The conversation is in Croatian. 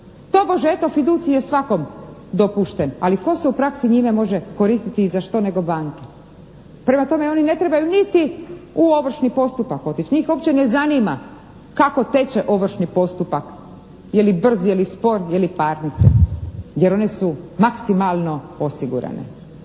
Tobože evo fiducij je svakom dopušten, ali tko se u praksi njime može koristiti i za što nego banke? Prema tome oni ne trebaju niti u ovršni postupak otići? Njih uopće ne zanima kako teče ovršni postupak? Je li brz, je li spor? Je li parnice? Jer one su maksimalno osigurane.